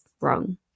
wrong